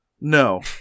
No